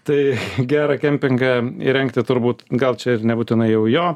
tai gerą kempingą įrengti turbūt gal čia ir nebūtinai jau jo